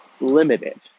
limited